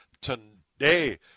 today